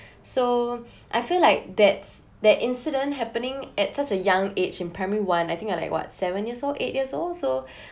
so I feel like that's that incident happening at such a young age in primary one I think I like what seven years old eight years old so